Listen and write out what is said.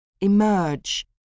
emerge